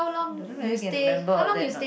don't know whether can remember all that not